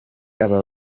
aba